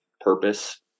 purpose